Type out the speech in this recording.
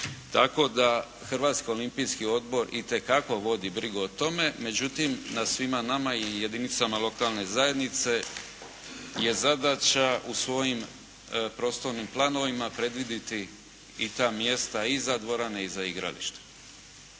Tako da Hrvatski olimpijski odbor itekako vodi brigu o tome. Međutim, na svima nama i jedinicama lokalne zajednice je zadaća u svojim prostornim planovima predvidjeti i ta mjesta iza dvorane i za igrališta.